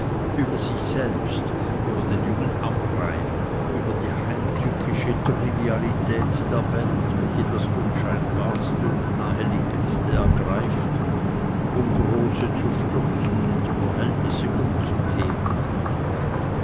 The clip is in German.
über sich selbst über den jungen amrain über die heimtückische trivialität der welt welche das unscheinbarste und naheliegendste ergreift um große zu stürzen und die verhältnisse umzukehren